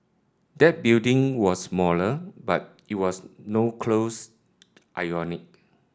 that building was smaller but it was no close ionic